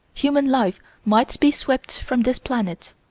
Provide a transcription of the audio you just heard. human life might be swept from this planet.